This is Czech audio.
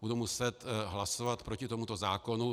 budu muset hlasovat proti tomuto zákonu.